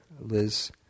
Liz